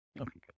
okay